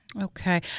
Okay